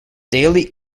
daily